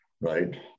right